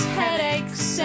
headaches